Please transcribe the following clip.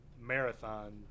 marathon